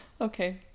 Okay